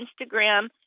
Instagram